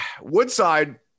Woodside –